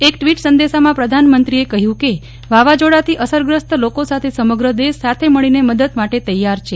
એક ટવીટ સંદેશામાં પ્રધાનમંત્રીએ કહયું કે વાવાઝોડાથી અસરગ્રસ્ત લોકો સાથે સમગ્ર દેશ સાથે મળીને મદદ માટે તૈયાર છે